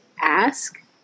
ask